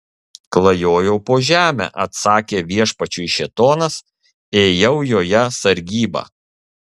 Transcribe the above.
klajojau po žemę atsakė viešpačiui šėtonas ėjau joje sargybą